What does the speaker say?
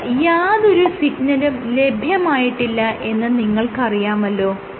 നമുക്ക് യാതൊരു സിഗ്നലും ലഭ്യമായിട്ടില്ല എന്ന് നിങ്ങൾക്കറിയാമല്ലോ